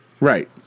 Right